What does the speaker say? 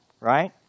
right